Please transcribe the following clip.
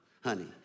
honey